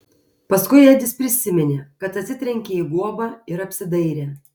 paskui edis prisiminė kad atsitrenkė į guobą ir apsidairė